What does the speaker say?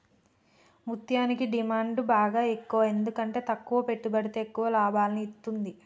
ముత్యనికి డిమాండ్ బాగ ఎక్కువ ఎందుకంటే తక్కువ పెట్టుబడితో ఎక్కువ లాభాలను ఇత్తుంది